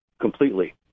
completely